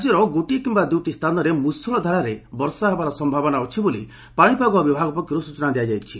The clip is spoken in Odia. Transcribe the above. ରାଜ୍ୟର ଗୋଟିଏ କିମ୍ୟା ଦୁଇଟି ସ୍ଚାନରେ ମୃଷଳ ଧାରାରେ ବର୍ଷା ହେବାର ସୟାବନା ଅଛି ବୋଲି ପାଶିପାଗ ବିଭାଗ ପକ୍ଷରୁ ସୂଚନା ମିଳିଛି